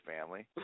Family